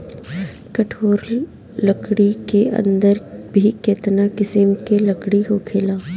कठोर लकड़ी के अंदर भी केतना किसिम के लकड़ी होखेला